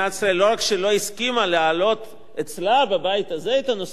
שלא הסכימה להעלות אצלה בבית הזה את הנושא לדיון,